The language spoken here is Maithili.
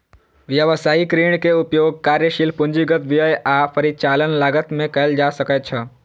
व्यवसायिक ऋण के उपयोग कार्यशील पूंजीगत व्यय आ परिचालन लागत मे कैल जा सकैछ